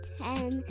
ten